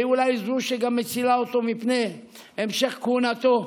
והיא אולי זו שגם מצילה אותו מפני המשך כהונתו.